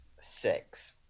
Six